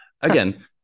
again